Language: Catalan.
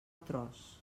tros